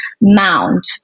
mount